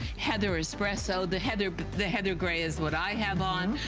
heather espresso, the heather but the heather gray is what i have on,